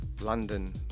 London